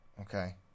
Okay